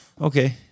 Okay